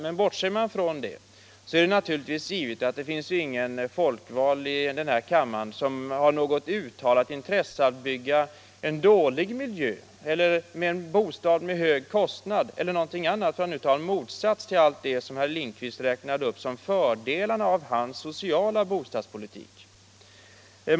Men bortser man från det är det givet att det inte finns någon folkvald i denna kammare som har något uttalat intresse av att bygga en dålig miljö eller en bostad med hög kostnad eller något annat, för att nu ta en motsats till allt det som herr Lindkvist räknar upp som fördelarna av hans sociala bostadspolitik.